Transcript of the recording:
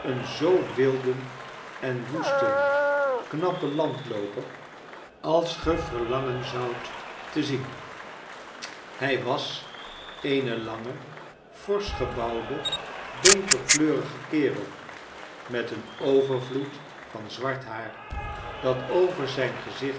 een zoo wilden en woesten knappen landlooper als ge verlangen zoudt te zien hij was eene lange forsch gebouwde donkerkleurige kerel met een overvloed van zwart haar dat over zijn gezicht